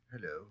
Hello